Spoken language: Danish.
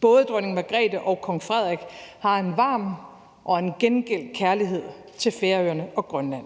Både dronning Margrethe og kong Frederik har en varm – og en gengældt – kærlighed til Færøerne og Grønland.